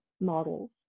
models